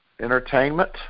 Entertainment